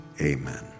Amen